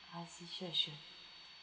I see sure sure